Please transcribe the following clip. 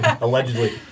allegedly